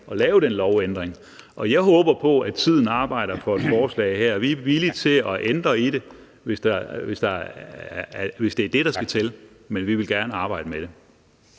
og lave den lovændring, og jeg håber på, at tiden arbejder for forslaget her. Vi er villige til at ændre i det, hvis det er det, der skal til, men vi vil gerne arbejde med det.